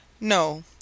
No